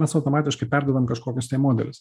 mes automatiškai perdavėm kažkokius tai modelius